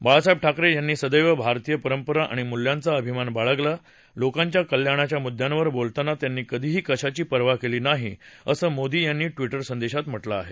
बाळासाहेब ठाकरे यांनी सदैव भारतीय परंपरा आणि मूल्यांचा अभिमान बाळगला लोकांच्या कल्याणाच्या मुद्यांवर बोलताना त्यांनी कधीही कशाची पर्वा केली नाही असं मोदी यांनी ट्विटर संदेशात म्हटलं आहे